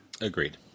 Agreed